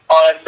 on